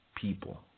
people